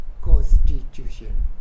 Constitution